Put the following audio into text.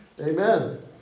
Amen